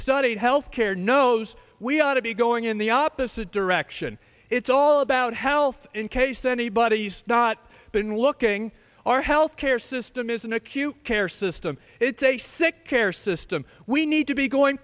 studied health care knows we ought to be going in the opposite direction it's all about health in case anybody has not been looking our health care system is an acute care system it's a sick care system we need to be going